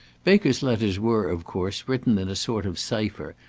baker's letters were, of course, written in a sort of cypher,